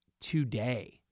today